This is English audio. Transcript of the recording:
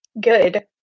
Good